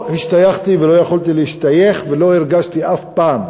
לא השתייכתי ולא יכולתי להשתייך ולא הרגשתי אף פעם